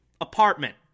apartment